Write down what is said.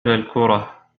الكرة